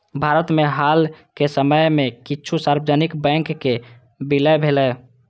भारत मे हाल के समय मे किछु सार्वजनिक बैंकक विलय भेलैए